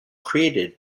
created